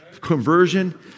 conversion